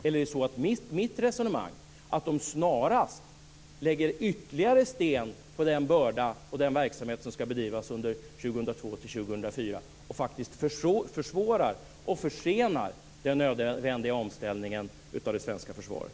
Eller stämmer mitt resonemang att de snarast lägger ytterligare sten på bördan för den verksamhet som ska bedrivas under 2002-2004 och faktiskt försvårar och försenar den nödvändiga omställningen av det svenska försvaret?